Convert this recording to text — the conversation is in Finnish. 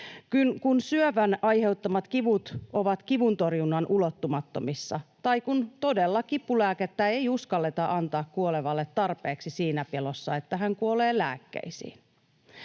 Kun syövän aiheuttamat kivut ovat kivuntorjunnan ulottumattomissa. Tai kun todella kipulääkettä ei uskalleta antaa kuolevalle tarpeeksi siinä pelossa, että hän kuolee lääkkeisiin.